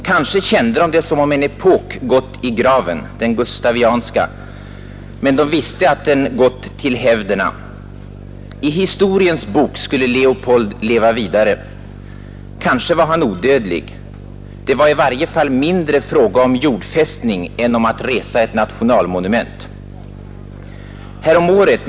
Kanske kände de det som om en epok gått i graven, den gustavianska, men de visste att den gått till hävderna. I historiens bok skulle Leopold leva vidare. Kanske var han odödlig. Det var mindre fråga om jordfästning än om att resa ett nationalmonument. Härom året.